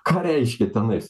ką reiškia tenais